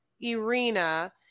Irina